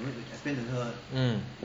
mm